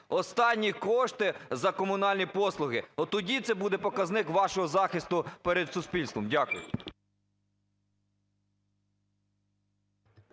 останні кошти за комунальні послуги! Отоді це буде показник вашого захисту перед суспільством. Дякую.